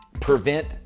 prevent